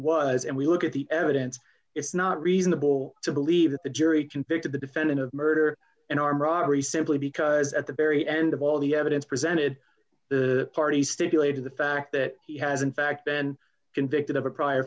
was and we look at the evidence it's not reasonable to believe that the jury convicted the defendant of murder and arm robbery simply because at the very end of all d the evidence presented the parties stipulate to the fact that he has in fact been convicted of a prior